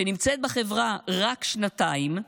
שנמצאת בחברה רק שנתיים,